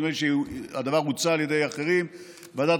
נדמה לי שהדבר הוצע על ידי אחרים: לוועדת